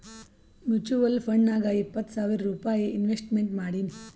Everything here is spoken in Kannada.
ಮುಚುವಲ್ ಫಂಡ್ನಾಗ್ ಇಪ್ಪತ್ತು ಸಾವಿರ್ ರೂಪೈ ಇನ್ವೆಸ್ಟ್ಮೆಂಟ್ ಮಾಡೀನಿ